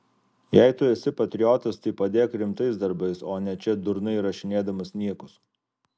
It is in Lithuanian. jei tu esi patriotas tai padėk rimtais darbais o ne čia durnai rašinėdamas niekus